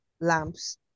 lamps